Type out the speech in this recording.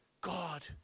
God